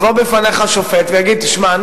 יבוא בפניך שופט ויגיד: תשמע,